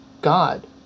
God